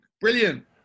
Brilliant